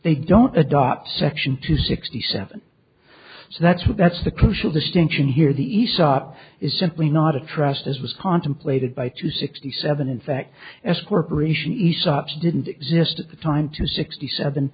they don't adopt section two sixty seven so that's what that's the crucial distinction here the aesop is simply not a trust as was contemplated by two sixty seven in fact as corporation aesop's didn't exist at the time to sixty seven